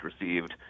received